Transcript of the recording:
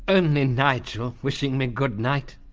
only nigel, wishing me goodnight.